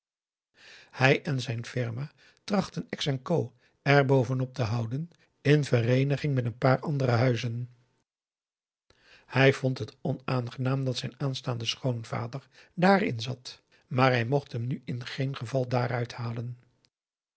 hij en zijn firma trachtten ex en co er bovenop te houden in vereeniging met een paar andere huizen hij vond het onaangenaam dat zijn aanstaande schoonvader dààrin zat maar hij mocht hem nu in geen geval daaruit halen